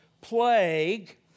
plague